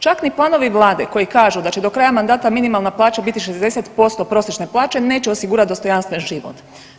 Čak ni planovi vlade koji kažu da će do kraja mandata minimalna plaća biti 60% prosječne plaće neće osigurati dostojanstven život.